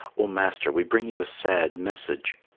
oh, master, we bring you a sad message.